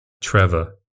Trevor